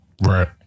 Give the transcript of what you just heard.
Right